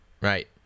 Right